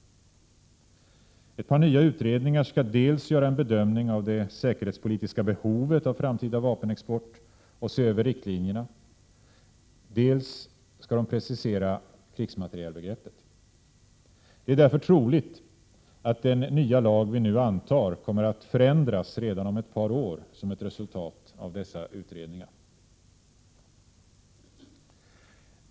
Ett par nya utredningar skall dels göra en bedömning av det säkerhetspolitiska behovet av framtida vapenexport, och se över riktlinjerna, dels precisera krigsmaterielbegreppet. Det är därför troligt att den nya lag som vi nu skall anta kommer att förändras redan om ett par år som ett resultat av dessa utredningar.